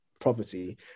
property